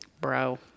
Bro